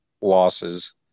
losses